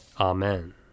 Amen